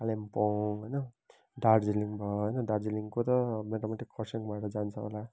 कालिम्पोङ होइन दार्जिलिङ भयो होइन दार्जिलिङको त मोटामोटी खरसाङ भएर जान्छ होला